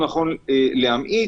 נכון להמעיט,